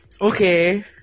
Okay